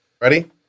Ready